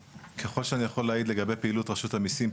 ככל שאני יכול להעיד על פעילות רשות המיסים,